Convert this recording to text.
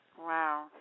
Wow